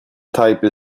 type